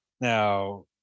Now